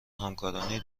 همکارانی